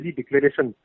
declaration